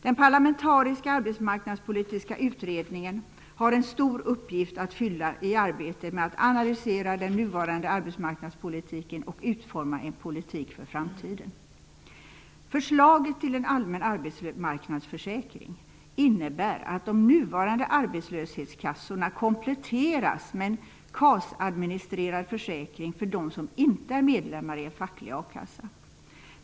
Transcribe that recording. Den parlamentariska arbetsmarknadspolitiska utredningen har en stor uppgift att fylla i arbetet med att analysera den nuvarande arbetsmarknadspolitiken och utforma en politik för framtiden. Förslaget till en allmän arbetsmarknadsförsäkring innebär att de nuvarande arbetslöshetskassorna kompletteras med en KAS-administrerad försäkring för dem som inte är medlemmar i en facklig a-kassa.